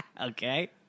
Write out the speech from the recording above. Okay